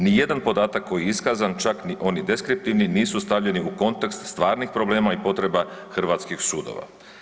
Ni jedan podatak koji je iskazan čak ni oni deskriptivni nisu stavljeni u kontekst stvarnih problema i potreba hrvatskih sudova.